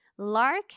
Lark